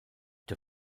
der